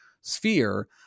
sphere